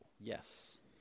yes